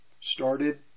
started